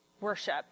worship